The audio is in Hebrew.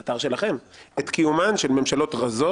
מקריא מהאתר שלכם "את קיומן של ממשלות רזות,